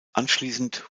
anschließend